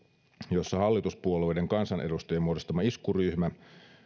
jossa hallituspuolueiden kansanedustajien muodostama iskuryhmä